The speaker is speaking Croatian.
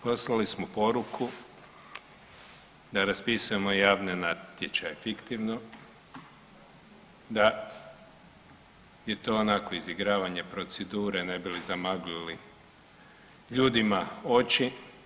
Poslali smo poruku da raspisuje javne natječaje fiktivno, da je to onako izigravanje procedure, ne bi li zamaglili ljudima oči.